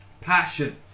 passion